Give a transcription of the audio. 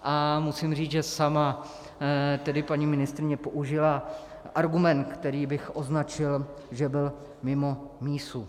A musím říci, že tedy sama paní ministryně použila argument, který bych označil, že byl mimo mísu.